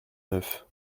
neuf